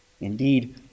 Indeed